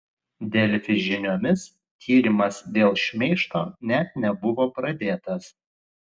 delfi žiniomis tyrimas dėl šmeižto net nebuvo pradėtas